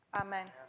Amen